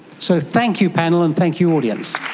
so thank you panel and thank you audience.